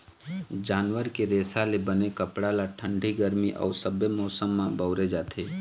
जानवर के रेसा ले बने कपड़ा ल ठंडी, गरमी अउ सबे मउसम म बउरे जाथे